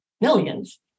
millions